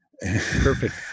Perfect